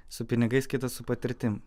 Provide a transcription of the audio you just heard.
su pinigais kitas su patirtim